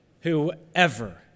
whoever